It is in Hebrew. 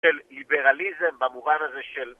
של ליברליזם במובן הזה של